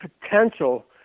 potential